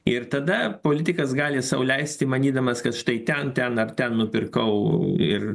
ir tada politikas gali sau leisti manydamas kad štai ten ten ar ten nupirkau ir